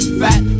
fat